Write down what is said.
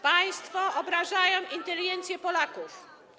Państwo obrażają inteligencję Polaków.